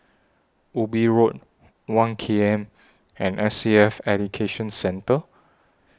Ubi Road one K M and S A F Education Centre